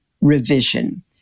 Revision